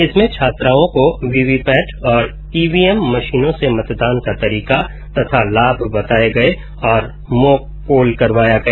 इसमें छात्राओं को वीवीपैट और ईवीएम मशीनों से मतदान का तरीका तथा लाभ बताए गये और मोक पोल करवाया गया